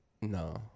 no